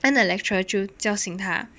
then the lecturer 就叫醒他